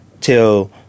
till